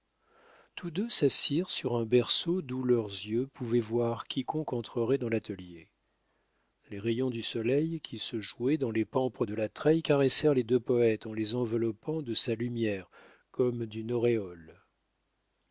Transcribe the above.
tous deux s'assirent sous un berceau d'où leurs yeux pouvaient voir quiconque entrerait dans l'atelier les rayons du soleil qui se jouaient dans les pampres de la treille caressèrent les deux poètes en les enveloppant de sa lumière comme d'une auréole